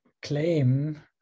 claim